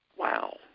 Wow